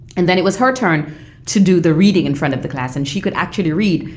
and then it was her turn to do the reading in front of the class and she could actually read.